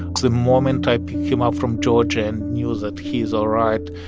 the moment i picked him up from georgia and knew that he's all right,